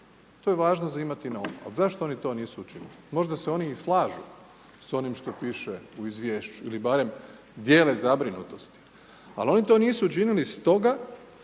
To je važno za imati na umu. Ali zašto oni to oni nisu učinili? Možda se oni i slažu s onim što piše u izvješću ili barem dijele zabrinutost, ali oni to nosu učinili stoga